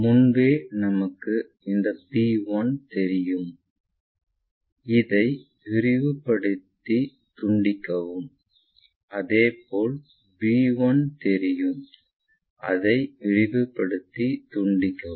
முன்பே நமக்கு இந்த b1 தெரியும் இதை விரிவுபடுத்தித் துண்டிக்கவும் அதேபோல் b1 தெரியும் அதையும் விரிவுபடுத்தித் துண்டிக்கவும்